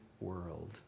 world